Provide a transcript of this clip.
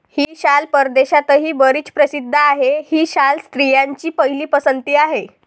ही शाल परदेशातही बरीच प्रसिद्ध आहे, ही शाल स्त्रियांची पहिली पसंती आहे